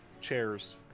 chairs